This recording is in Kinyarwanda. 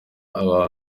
aba